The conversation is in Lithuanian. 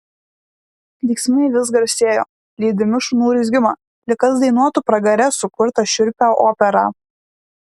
klyksmai vis garsėjo lydimi šunų urzgimo lyg kas dainuotų pragare sukurtą šiurpią operą